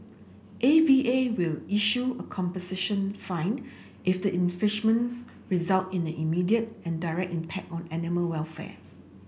A V A will issue a composition fine if the infringements result in an immediate and direct impact on animal welfare